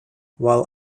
while